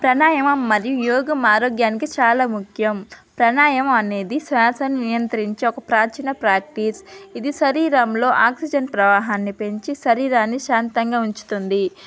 ప్రాణాయామం మరియు యోగా ఆరోగ్యానికి చాలా ముఖ్యం ప్రాణాయామం అనేది శ్వాస నియంత్రించి ఒక ప్రాచీన ప్రాక్టీస్ ఇది శరీరంలో ఆక్సిజన్ ప్రవాహాన్ని పెంచి శరీరాన్ని శాంతంగా ఉంచుతుంది